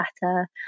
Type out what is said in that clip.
better